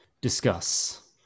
discuss